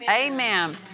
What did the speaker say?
Amen